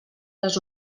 les